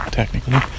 technically